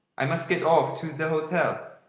i must get off to the hotel.